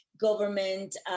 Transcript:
government